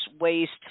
waste